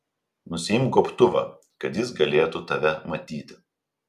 nusiimk gobtuvą kad jis galėtų tave matyti